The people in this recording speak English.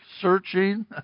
searching